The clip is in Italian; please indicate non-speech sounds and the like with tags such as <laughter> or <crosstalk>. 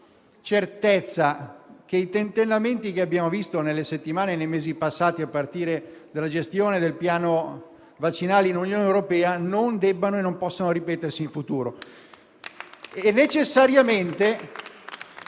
certezza che i tentennamenti che abbiamo visto nelle settimane e nei mesi passati, a partire dalla gestione del Piano vaccinale in Unione europea, non debbano e non possano ripetersi in futuro. <applause>